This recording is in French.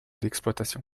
d’exploitation